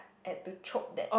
and to chalk that